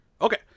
okay